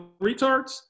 retards